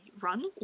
run